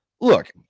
look